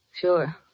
Sure